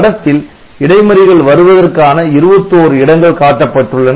படத்தில் இடைமறிகள் வருவதற்கான 21 இடங்கள் காட்டப்பட்டுள்ளன